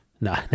No